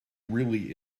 really